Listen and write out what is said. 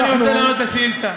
עכשיו אני רוצה לענות על השאילתה.